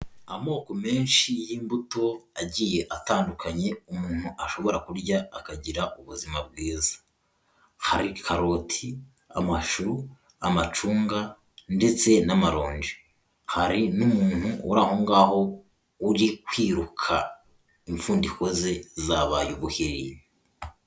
Amoko menshi y'imbuto agiye atandukanye umuntu ashobora kurya akagira ubuzima bwiza, hari karoti, amashu, amacunga ndetse n'amaronji, hari n'umuntu uri aho ngaho uri kwiruka imfundiko ze zabaye ubuhiri.